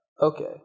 Okay